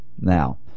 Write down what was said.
Now